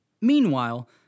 Meanwhile